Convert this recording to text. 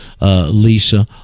Lisa